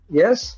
yes